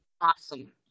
Awesome